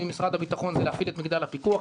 ממשרד הביטחון זה להפעיל את מגדל הפיקוח,